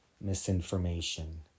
misinformation